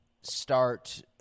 start